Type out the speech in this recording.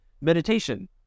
Meditation